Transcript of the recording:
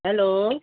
hello